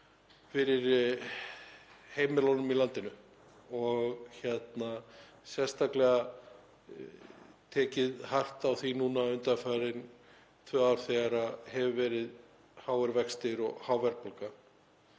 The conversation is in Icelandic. fyrir heimilin í landinu og sérstaklega tekið hart á því núna undanfarin tvö ár þegar hafa verið háir vextir og há verðbólga: